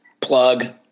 Plug